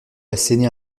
asséner